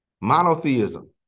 Monotheism